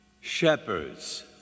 Shepherds